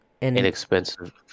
inexpensive